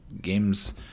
games